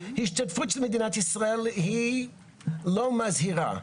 השתתפות של מדינת ישראל היא לא מזהירה.